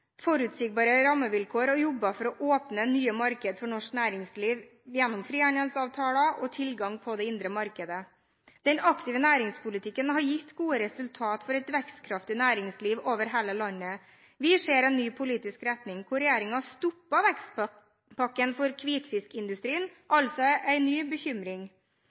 forutsigbare rammevilkår, og jobbet for å åpne nye marked for norsk næringsliv gjennom frihandelsavtaler og tilgang til det indre marked. Den aktive næringspolitikken har gitt gode resultater for et vekstkraftig næringsliv over hele landet. Vi ser en ny politisk retning hvor regjeringen stoppet vekstpakken for hvitfiskindustrien – altså en ny bekymring.